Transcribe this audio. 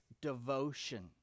devotion